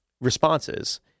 responses